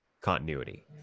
continuity